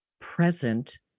present